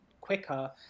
quicker